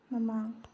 ꯃꯃꯥꯡ